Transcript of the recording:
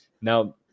Now